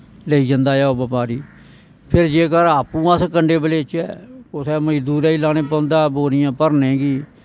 लेई जंदा ऐ ओह् बपारी फिर अस आपूं जे कंडे पर लेचै कुसै मजदूरे गी लानै पौंदा बोरियां भरने गी